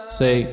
say